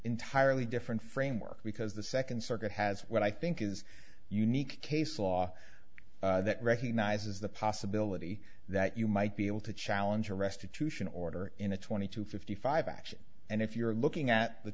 entirely different framework because the second circuit has what i think is unique case law that recognizes the possibility that you might be able to challenge a restitution order in a twenty to fifty five action and if you're looking at the